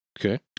Okay